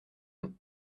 non